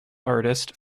artist